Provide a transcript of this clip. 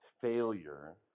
failure